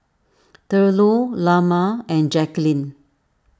Thurlow Lamar and Jackeline